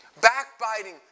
Backbiting